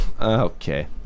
Okay